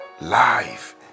life